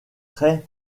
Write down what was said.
très